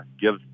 give